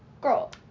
girl